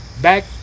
back